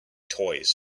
toys